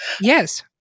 Yes